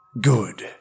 Good